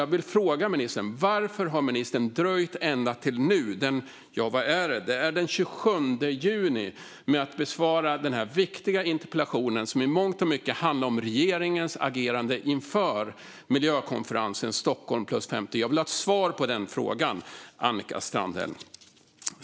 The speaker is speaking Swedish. Jag vill därför fråga ministern varför hon har dröjt ända till nu, den 27 juni, med att besvara den här viktiga interpellationen, som i mångt och mycket handlar om regeringens agerande inför miljökonferensen Stockholm + 50. Jag vill ha ett svar på den frågan, Annika Strandhäll.